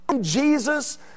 Jesus